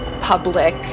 public